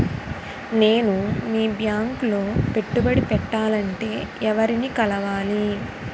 నేను మీ బ్యాంక్ లో పెట్టుబడి పెట్టాలంటే ఎవరిని కలవాలి?